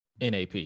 NAP